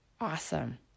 awesome